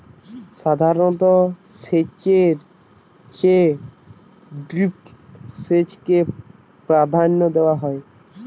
সাধারণ সেচের চেয়ে ড্রিপ সেচকে প্রাধান্য দেওয়া হয়